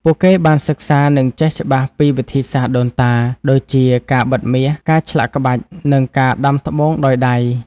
ពួកគេបានសិក្សា និងចេះច្បាស់ពីវិធីសាស្ត្រដូនតា ដូចជាការបិតមាស ការឆ្លាក់ក្បាច់ និងការដាំត្បូងដោយដៃ។